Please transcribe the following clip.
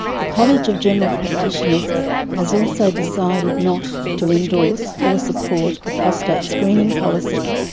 the college of general practitioners has also decided not to endorse or support a prostate screening policy.